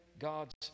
God's